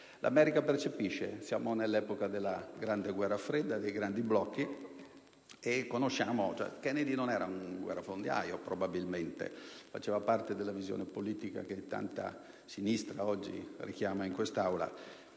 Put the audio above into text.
L'America percepisce; siamo nell'epoca della guerra fredda, dei grandi blocchi. Sappiamo che Kennedy non era un guerrafondaio, probabilmente, faceva parte della visione politica che tanta sinistra oggi richiama in quest'Aula,